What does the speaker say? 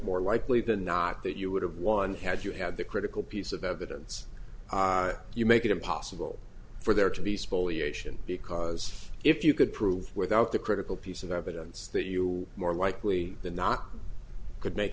more likely than not that you would have won had you had the critical piece of evidence you make it impossible for there to be spoliation because if you could prove without the critical piece of evidence that you more likely than not could make